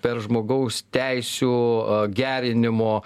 per žmogaus teisių a gerinimo